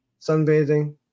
sunbathing